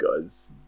guy's